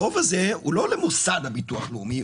החוב הזה הוא לא למוסד הביטוח הלאומי,